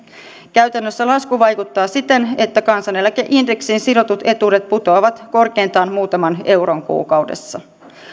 käytännössä lasku vaikuttaa siten että kansaneläkeindeksiin sidotut etuudet putoavat korkeintaan muutaman euron kuukaudessa